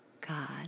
God